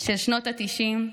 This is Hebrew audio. של שנות התשעים,